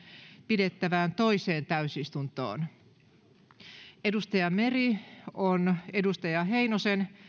pidettävään toiseen täysistuntoon leena meri on timo heinosen